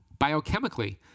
Biochemically